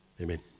Amen